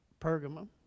Pergamum